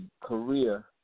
career